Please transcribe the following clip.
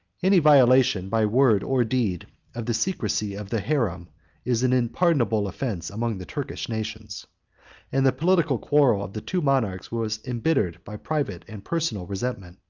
any violation by word or deed of the secrecy of the harem is an unpardonable offence among the turkish nations and the political quarrel of the two monarchs was imbittered by private and personal resentment.